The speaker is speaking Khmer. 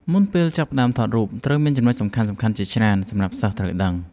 មុនពេលចាប់ផ្ដើមថតរូប មានចំណុចសំខាន់ៗជាច្រើនសម្រាប់សិស្សត្រូវដឹង។